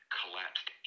collapsed